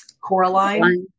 Coraline